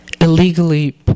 illegally